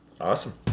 Awesome